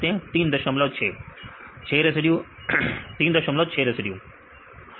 विद्यार्थी 36 3 दशमलव 6 residue 6 residue सही है